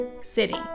city